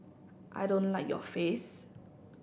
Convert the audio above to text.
I don't like your face